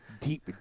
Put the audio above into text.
deep